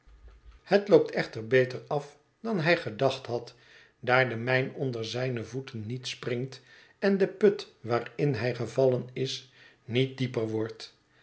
het loopt echter beter af dan hij gedacht had daar de mijn onder zijne voeten niet springt en de put waarin hij gevallen is niet dieper wordt